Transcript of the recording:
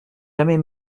jamais